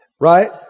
Right